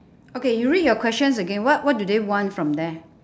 okay you read your questions again what what do they want from there